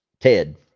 Ted